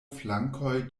flankoj